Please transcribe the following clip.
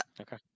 Okay